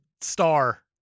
star-